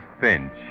Finch